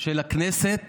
של הכנסת